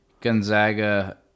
Gonzaga